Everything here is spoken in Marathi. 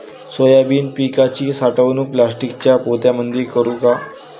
सोयाबीन पिकाची साठवणूक प्लास्टिकच्या पोत्यामंदी करू का?